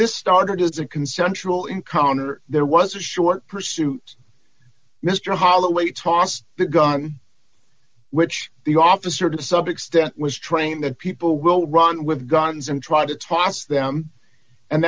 this started as a consensual encounter there was a short pursuit mr holloway tossed the gun which the officer to the subject step was trained that people will run with guns and try to toss them and